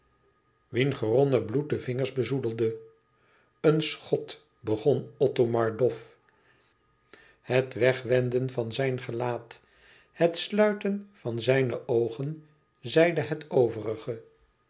wien geronnen bloed de vingers bezoedelde een schot begon othomar dof het wegwenden van zijn gelaat het sluiten van zijne oogen zeiden het